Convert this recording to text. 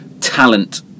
talent